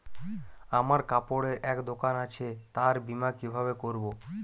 আমার কাপড়ের এক দোকান আছে তার বীমা কিভাবে করবো?